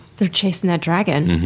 they're chasing that dragon.